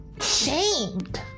shamed